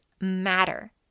matter